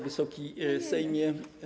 Wysoki Sejmie!